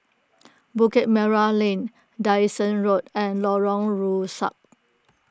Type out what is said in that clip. Bukit Merah Lane Dyson Road and Lorong Rusuk